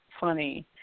funny